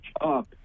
up